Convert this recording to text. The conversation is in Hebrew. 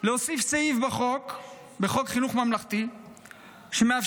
מוצע להוסיף סעיף בחוק חינוך ממלכתי שמאפשר